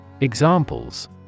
Examples